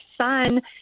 son